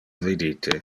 vidite